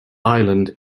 island